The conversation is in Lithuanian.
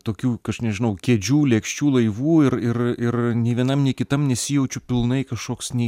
tokių aš nežinau kėdžių lėkščių laivų ir ir ir nei vienam nei kitam nesijaučiu pilnai kažkoks nei